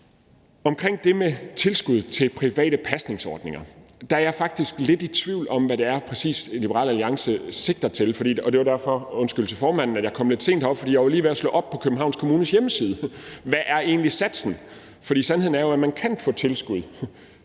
Omkring det med tilskud til private pasningsordninger er jeg faktisk lidt i tvivl om, præcis hvad det er, Liberal Alliance sigter til. Og undskyld til formanden for, at jeg kom lidt sent herop, men det var, fordi jeg var ved at slå op på Københavns Kommunes hjemmeside for at se, hvad satsen egentlig er, og sandheden er jo, at man kan få tilskud